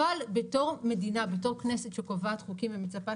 אבל בתור מדינה בתור כנסת שקובעת חוקים ומצפה